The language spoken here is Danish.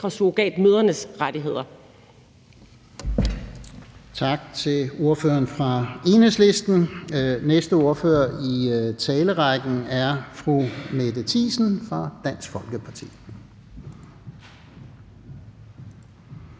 Tak til ordføreren for Enhedslisten. Næste ordfører i talerrækken er fru Mette Thiesen fra Dansk Folkeparti.